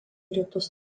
rytus